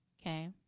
okay